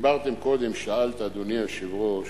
קודם שאלת, אדוני היושב-ראש,